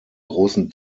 großen